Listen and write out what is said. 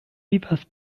vivas